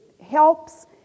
helps